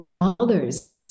others